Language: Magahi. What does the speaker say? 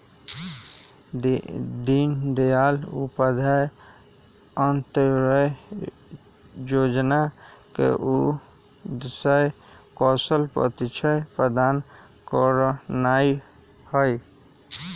दीनदयाल उपाध्याय अंत्योदय जोजना के उद्देश्य कौशल प्रशिक्षण प्रदान करनाइ हइ